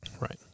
Right